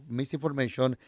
misinformation